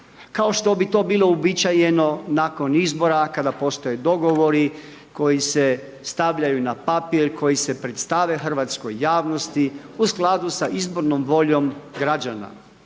kao što bi to bilo uobičajeno nakon izbora kada postoje dogovori koji se stavljaju na papir, koji se predstave hrvatskoj javnosti u skladu sa izbornom voljom građana.